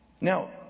Now